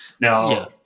Now